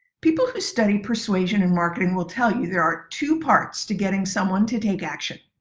people who study persuasion and marketing will tell you there are two parts to getting someone to take action.